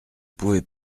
pouvez